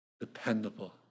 Dependable